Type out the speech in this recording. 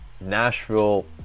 Nashville